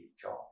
job